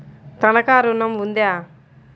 తనఖా ఋణం ఉందా?